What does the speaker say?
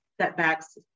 setbacks